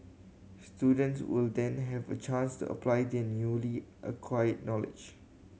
students will then have a chance to apply their newly acquired knowledge